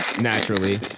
naturally